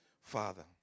Father